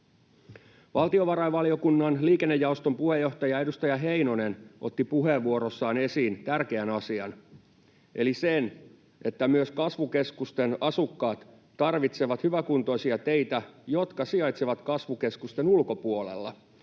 Valtiovarainvaliokunnan liikennejaoston puheenjohtaja, edustaja Heinonen otti puheenvuorossaan esiin tärkeän asian eli sen, että myös kasvukeskusten asukkaat tarvitsevat hyväkuntoisia teitä, jotka sijaitsevat kasvukeskusten ulkopuolella.